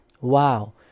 Wow